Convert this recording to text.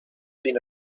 been